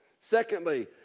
Secondly